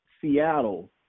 Seattle